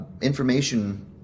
information